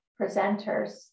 presenters